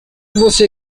você